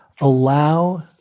allow